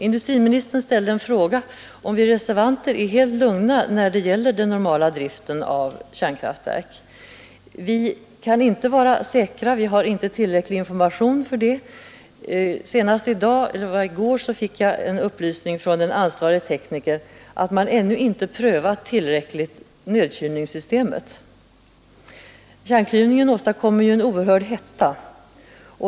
Industriministern frågade om vi reservanter är helt lugna när det gäller den normala driften av kärnkraftverk. Vi kan inte vara säkra, vi har inte tillräcklig information för det. Senast i går fick jag en upplysning från en ansvarig tekniker att man ännu inte prövat nödkylningssystemet tillräckligt. Kärnklyvningen åstadkommer ju en oerhörd hetta.